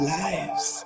lives